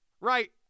Right